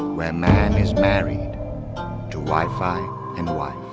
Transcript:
where man is married to wi-fi and wife,